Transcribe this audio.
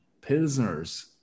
pilsners